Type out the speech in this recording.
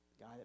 Guy